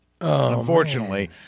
unfortunately